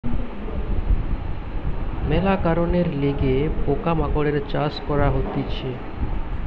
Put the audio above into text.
মেলা কারণের লিগে পোকা মাকড়ের চাষ করা হতিছে